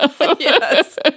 Yes